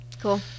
Cool